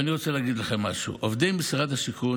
אני רוצה להגיד לכם משהו: עובדי משרד השיכון,